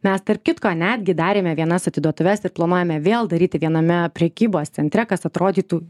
mes tarp kitko netgi darėme vienas atiduotuves ir planuojame vėl daryti viename prekybos centre kas atrodytų